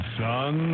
son